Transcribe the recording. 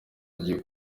agiye